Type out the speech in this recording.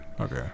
okay